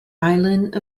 island